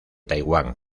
taiwán